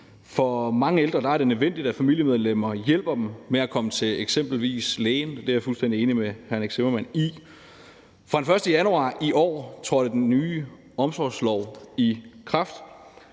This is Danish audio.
For mange ældre er det nødvendigt, at familiemedlemmer hjælper dem med at komme til eksempelvis lægen – det er jeg fuldstændig enig med hr. Nick Zimmermann i. Den 1. januar i år trådte den nye omsorgslov i kraft.